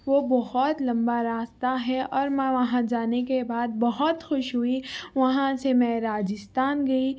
وہ بہت لمبا راستہ ہے اور میں وہاں جانے کے بعد بہت خوش ہوئی وہاں سے میں راجستھان گئی